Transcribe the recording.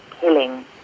killing